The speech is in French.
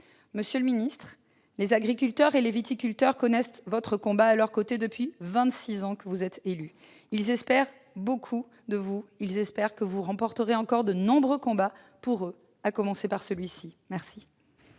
Monsieur le ministre, les agriculteurs et les viticulteurs connaissent votre combat à leurs côtés depuis vingt-six ans que vous êtes élu. Ils espèrent beaucoup de vous ; ils espèrent que vous remporterez encore de nombreux combats pour eux, à commencer par celui-ci. La